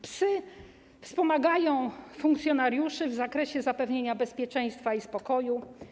Psy wspomagają funkcjonariuszy w zakresie zapewniania bezpieczeństwa i spokoju.